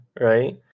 right